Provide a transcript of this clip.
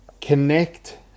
connect